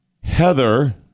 Heather